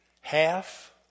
half